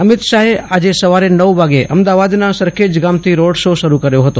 અમિત શાહે આજે સવારે નવ લાગે અમદાવાદના સરખેજ ગામથી રોડ શો શરૂ કર્યો હતો